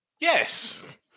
Yes